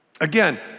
Again